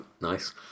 nice